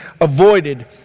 avoided